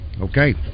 Okay